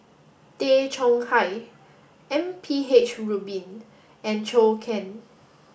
Tay Chong Hai M P H Rubin and Zhou Can